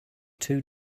too